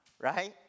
right